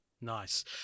nice